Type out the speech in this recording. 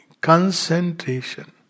Concentration